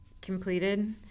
completed